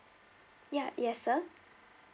ya yes sir